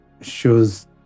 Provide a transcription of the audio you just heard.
shows